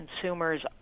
consumers